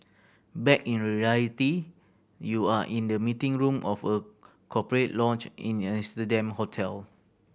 back in reality you are in the meeting room of a corporate lounge in an Amsterdam hotel